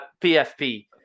PFP